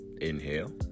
Inhale